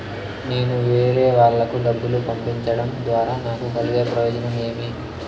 నేను వేరేవాళ్లకు డబ్బులు పంపించడం ద్వారా నాకు కలిగే ప్రయోజనం ఏమి?